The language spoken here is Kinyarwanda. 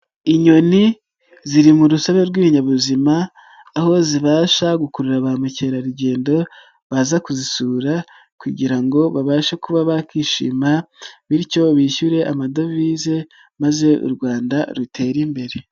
Inyoni ziri mu rusobe rw'ibinyabuzima aho zibasha gukurura ba mukerarugendo baza kuzisura kugira ngo babashe kuba bakishima bityo bishyure amadovize maze u Rwanda rutere imbere.